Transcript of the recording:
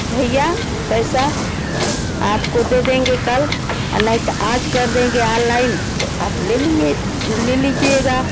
भैया पैसा आपको दे देंगे कल और नहीं तो आज कर देंगे आनलाइन तो आप ले लिए ले लीजिएगा